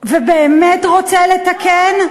ובאמת רוצה לתקן,